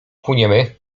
płyniemy